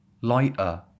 lighter